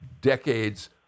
decades